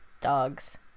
Dogs